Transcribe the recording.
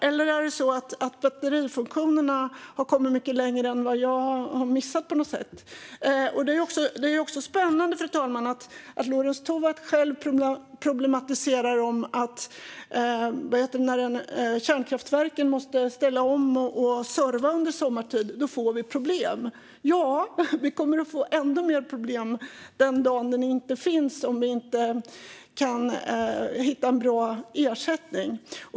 Eller har batterifunktionerna kommit mycket längre än vad jag känner till? Det är också spännande, fru talman, att Lorentz Tovatt själv problematiserar detta - när kärnkraftverken måste ställas om och underhållas under sommaren får vi problem. Ja, vi kommer att få ännu mer problem den dag de inte finns om vi inte kan hitta en bra ersättning.